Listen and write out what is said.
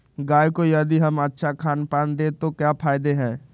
गाय को यदि हम अच्छा खानपान दें तो क्या फायदे हैं?